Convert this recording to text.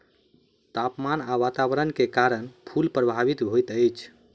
तापमान आ वातावरण के कारण फूल प्रभावित होइत अछि